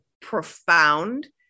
profound